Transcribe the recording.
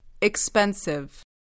Expensive